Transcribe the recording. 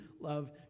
love